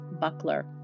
buckler